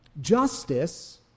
Justice